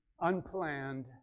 unplanned